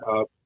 up